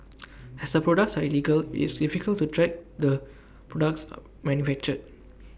as the products are illegal it's difficult to track the products are when manufactured